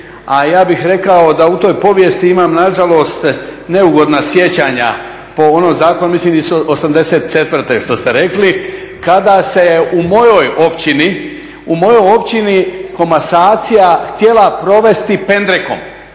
a ja bih rekao da u toj povijesti imam nažalost neugodna sjećanja po onom zakonu mislim iz '84. što ste rekli kada se u mojoj općini komasacija htjela provesti pendrekom